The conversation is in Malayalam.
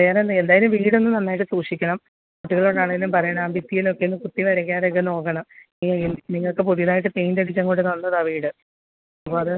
വേറെ എന്തേലും എന്തായാലും വീട് ഒന്ന് നന്നായിട്ട് സൂക്ഷിക്കണം കുട്ടികളോടാണേലും പറയണം ഭിത്തിയിലൊക്കെയൊന്നും കുത്തി വരയ്ക്കാതെയൊക്കെ നോക്കണം നിങ്ങൾക്ക് പുതിയതായിട്ട് പെയിൻറ്റടിച്ചങ്ങോട്ട് തന്നതാണ് വീട് അപ്പോൾ അത്